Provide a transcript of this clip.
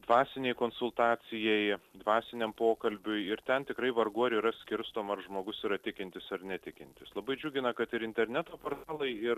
dvasinei konsultacijai dvasiniam pokalbiui ir ten tikrai vargu ar yra skirstoma ar žmogus yra tikintis ar netikintis labai džiugina kad ir interneto portalai ir